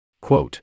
Quote